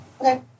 Okay